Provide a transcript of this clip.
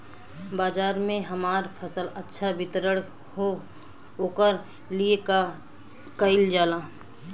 बाजार में हमार फसल अच्छा वितरण हो ओकर लिए का कइलजाला?